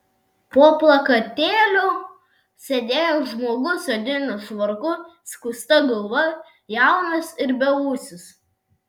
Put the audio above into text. po plakatėliu sėdėjo žmogus odiniu švarku skusta galva jaunas ir beūsis